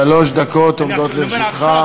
שלוש דקות עומדות לרשותך.